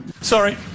sorry